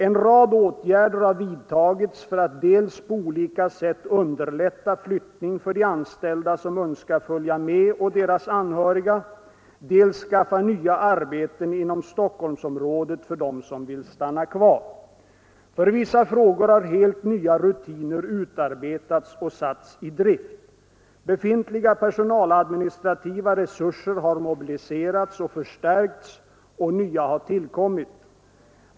En rad åtgärder har vidtagits för att dels på olika sätt underlätta flyttning för de anställda som önskar följa med och deras anhöriga, dels skaffa nya arbeten inom Stockholmsområdet för dem som vill stanna kvar. För vissa frågor har helt nya rutiner utarbetats och satts i drift. Befintliga personaladministrativa resurser har mobiliserats och förstärkts, och nya har tillkommit.